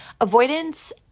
Avoidance